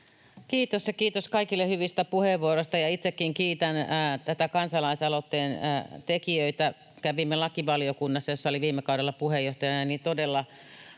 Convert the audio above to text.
kiitos kaikille hyvistä puheenvuoroista. Itsekin kiitän näitä kansalaisaloitteen tekijöitä. Kävimme lakivaliokunnassa, jossa olin viime kaudella puheenjohtajana, todella